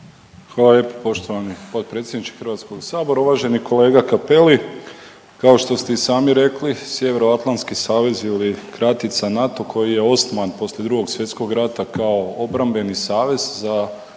Hvala lijepa poštovani potpredsjedniče Hrvatskog sabora. Uvaženi kolega Cappelli, kao što ste i sami rekli Sjeveroatlantski savez ili kratica NATO koji je osnovan poslije Drugog svjetskog rata kao obrambeni savez za